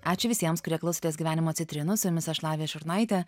ačiū visiems kurie klausėtės gyvenimo citrinos su jumis aš lavija šurnaitė